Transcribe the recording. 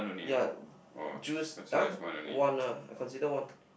yea juice uh one lah I consider one